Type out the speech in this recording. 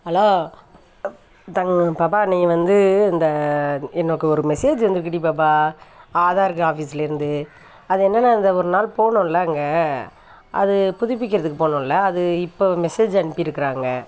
hello தங் பாப்பா நீங்கள் வந்து இந்த எனக்கு ஒரு மெசேஜ் வந்திருக்குடி பாப்பா ஆதார்க்கு ஆஃபீஸுலேருந்து அது என்னென்னா அந்த ஒரு நாள் போனோம்ல அங்கே அது புதுப்பிக்கிறதுக்கு போனோம்ல அது இப்போ மெசேஜ் அனுப்பிருக்கறாங்கள்